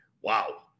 Wow